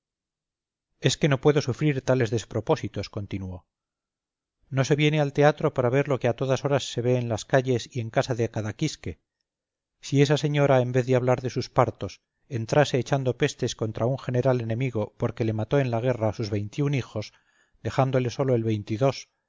es que no puedo sufrir tales despropósitos continúo no se viene al teatro para ver lo que a todas horas se ve en las calles y en casa de cada quisque si esa señora en vez de hablar de sus partos entrase echando pestes contra un general enemigo porque le mató en la guerra sus veintiún hijos dejándole sólo el veintidós